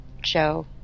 Joe